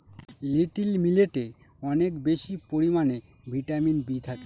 little মিলেটে অনেক বেশি পরিমানে ভিটামিন বি থাকে